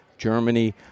Germany